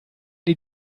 die